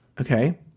okay